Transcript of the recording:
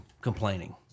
complaining